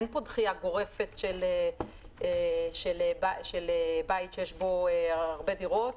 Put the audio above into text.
אין פה דחייה גורפת של בית שיש בו הרבה דירות,